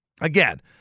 again